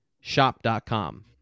Shop.com